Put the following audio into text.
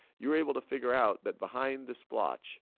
you were able to figure out that behind this blotch,